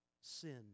sin